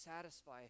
satisfy